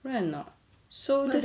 right or not so